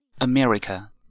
America